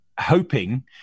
hoping